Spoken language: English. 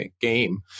game